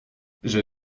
j’ai